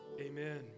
Amen